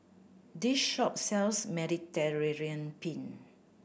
this shop sells Mediterranean Penne